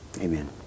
Amen